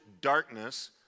darkness